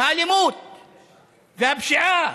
האלימות והפשיעה,